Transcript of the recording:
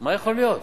מה יכול להיות?